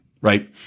right